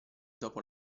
dopo